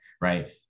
right